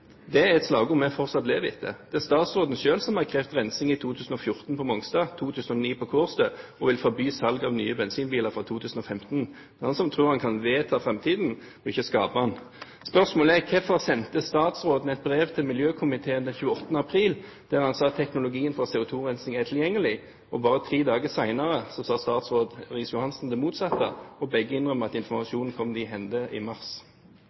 Det er et slagord vi fortsatt lever etter. Det er statsråden selv som har krevd rensing i 2014 på Mongstad, i 2009 på Kårstø og vil forby salg av nye bensinbiler fra 2015. Det er han som tror han kan vedta fremtiden, og ikke skape den. Spørsmålet er: Hvorfor sendte statsråden et brev til miljøkomiteen den 28. april, der han sa at teknologien for CO2-rensing er tilgjengelig, og bare tre dager senere sa statsråd Riis-Johansen det motsatte? Og begge innrømmer at informasjonen kom dem i hende i mars.